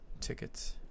tickets